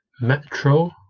Metro